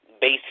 base